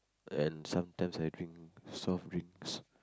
and sometimes I drink soft drinks